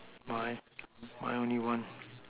my mine only one